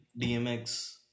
dmx